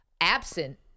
absent